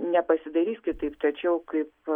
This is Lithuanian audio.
nepasidarys kitaip tačiau kaip